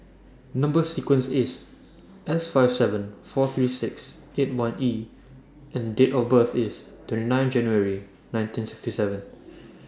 Number sequence IS S five seven four three six eight one E and Date of birth IS twenty nine January nineteen sixty seven